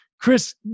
Chris